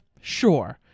sure